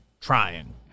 trying